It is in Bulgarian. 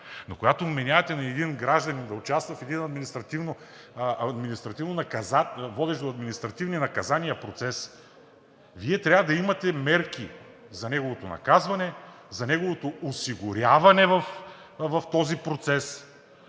Но когато вменявате на един гражданин да участва във водещ до административни наказания процес, Вие трябва да имате мерки за неговото наказване, за неговото осигуряване в този процес,